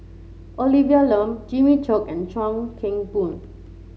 Olivia Lum Jimmy Chok and Chuan Keng Boon